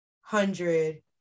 hundred